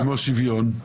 כמו שוויון.